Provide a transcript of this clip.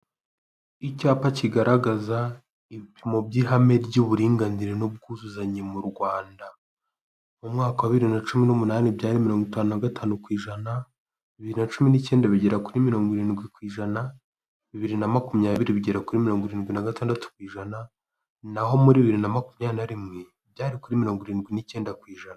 Icyapa kigaragaza ibipimo by'ihame ry'uburinganire n'ubwuzuzanye mu Rwanda, mu mwaka wa bibiri na cumi n'umunani byari mirongo itanu na gatanu ku ijana, bibiri na cumi n'icyenda bigera kuri mirongo irindwi ku ijana, bibiri na makumyabiri bigera kuri mirongo irindwi na gatandatu ku ijana naho muri bibiri na makumyabiri na rimwe byari kuri mirongo irindwi n'icyenda ku ijana.